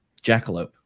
jackalope